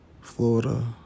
Florida